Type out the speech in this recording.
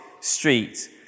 Street